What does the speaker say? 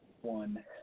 one